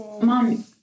mom